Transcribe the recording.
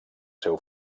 seu